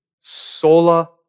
Sola